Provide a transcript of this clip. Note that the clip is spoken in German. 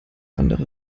andere